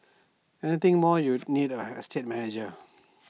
anything more you need an estate manager